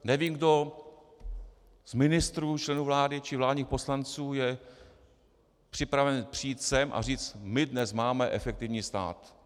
Nevím, kdo z ministrů, členů vlády či vládních poslanců je připraven přijít sem a říct: My dnes máme efektivní stát.